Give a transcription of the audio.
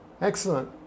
Excellent